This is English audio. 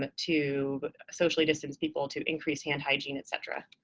to socially distance people, to increase hand hygiene, et cetera.